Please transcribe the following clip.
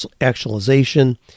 actualization